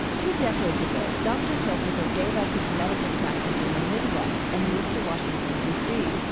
two decades ago dr. hilfiker gave up his medical practice in the midwest and moved to washington, d c.